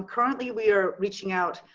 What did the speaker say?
currently we are reaching out,